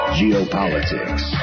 geopolitics